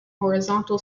horizontal